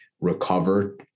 recover